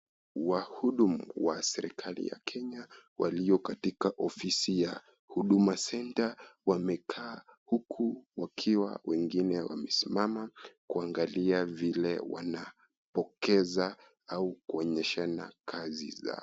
Wahudumu wa serikali ya kenya walio katika ofisi ya huduma centre wamekaa huku wengine wakiwa wamesimama kuangalia wile wanapokeza au kuonyeshana kazi zao.